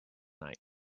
night